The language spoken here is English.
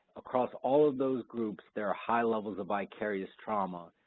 across all of those groups there are high levels of vicarious trauma,